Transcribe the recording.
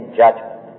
judgment